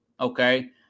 Okay